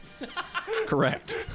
Correct